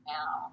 now